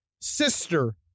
sister